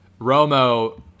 romo